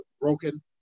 broken